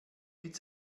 mit